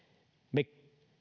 me